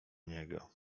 niego